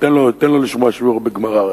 תן לו לשמוע שיעור בגמרא,